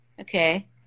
Okay